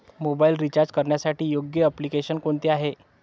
Mobile recharge करण्यासाठी योग्य application कोणते आहे?